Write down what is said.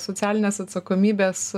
socialinės atsakomybės